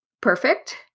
perfect